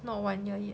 not one year yet